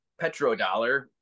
petrodollar